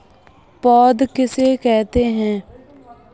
पौध किसे कहते हैं?